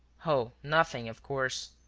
oh, nothing, of course.